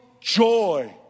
joy